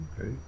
okay